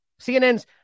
CNN's